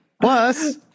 Plus